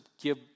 give